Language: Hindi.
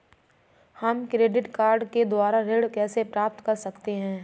हम क्रेडिट कार्ड के द्वारा ऋण कैसे प्राप्त कर सकते हैं?